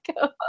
go